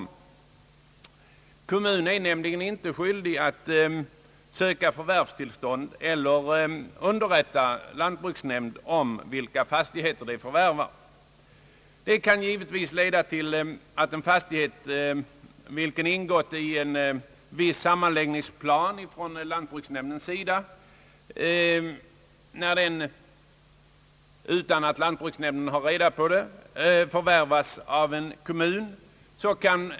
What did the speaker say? En kommun är nämligen inte skyldig att söka förvärvstillstånd eller att underrätta lantbruksnämnd om vilka fastigheter som förvärvas. Detta kan givetvis leda till att en fastighet, vilken ingått i en viss sammanläggningsplan från lantbruksnämndens sida, förvärvas av en kommun utan att lantbruksnämnden får kännedom om förvärvet.